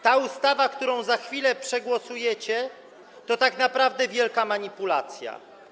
Ta ustawa, którą za chwilę przegłosujecie, to tak naprawdę wielka manipulacja.